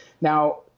Now